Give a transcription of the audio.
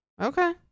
Okay